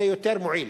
זה יותר מועיל.